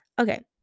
Okay